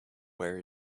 where